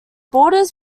borders